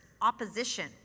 opposition